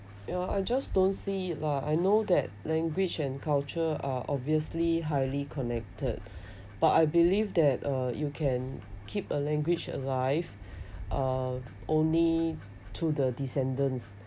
ya I just don't see lah I know that language and culture are obviously highly connected but I believe that uh you can keep a language alive uh only to the descendants